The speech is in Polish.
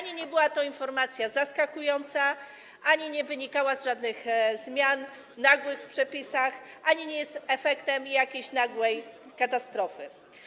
Nie była to informacja zaskakująca ani nie wynikała z żadnych nagłych zmian w przepisach, ani nie jest efektem jakiejś nagłej katastrofy.